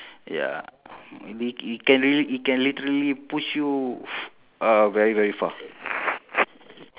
ya it it can it can literally push you f~ uh very very far